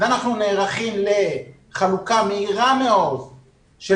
אנחנו נערכים לחלוקה מהירה מאוד של